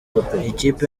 ikipe